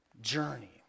journey